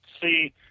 see